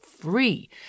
free